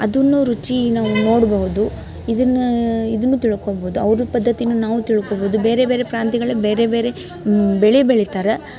ಅದನ್ನು ರುಚಿ ನಾವು ನೋಡ್ಬೋದು ಇದನ್ನು ಇದನ್ನು ತಿಳ್ಕೊಬೋದು ಅವ್ರ ಪದ್ದತಿನೂ ನಾವು ತಿಳ್ಕೊಬೋದು ಬೇರೆ ಬೇರೆ ಪ್ರಾಂತ್ಯಗಳು ಬೇರೆ ಬೇರೆ ಬೆಳೆ ಬೆಳಿತಾರೆ